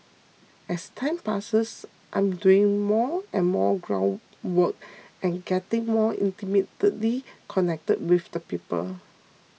as time passes I'm doing more and more ground work and getting more intimately connected with the people